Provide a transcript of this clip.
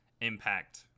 impact